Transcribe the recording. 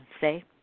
say